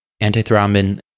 Antithrombin